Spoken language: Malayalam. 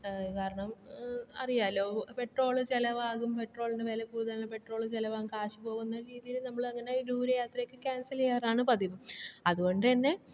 കാരണം അറിയാമല്ലോ പെട്രോള് ചിലവാകും പെട്രോളിന് വില കൂടുതലാണ് പെട്രോള് ചിലവാകും കാശ് പോകും എന്നൊരു രീതിയിൽ നമ്മള് അങ്ങനെ ദൂരയാത്രയൊക്കെ ക്യാൻസൽ ചെയ്യാറാണ് പതിവ് അതുകൊണ്ട് തന്നെ